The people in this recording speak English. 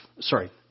sorry